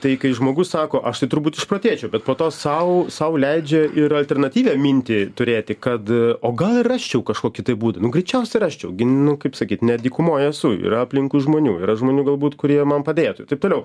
tai kai žmogus sako aš tai turbūt išprotėčiau bet po to sau sau leidžia ir alternatyvią mintį turėti kad o gal ir rasčiau kažkokį tai būdą nu greičiausiai rasčiau gi nu kaip sakyt ne dykumoj esu yra aplinkui žmonių yra žmonių galbūt kurie man padėtų taip toliau